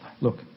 look